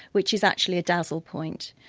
which is actually a dazzle point.